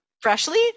freshly